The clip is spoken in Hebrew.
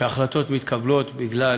שההחלטות מתקבלות בגלל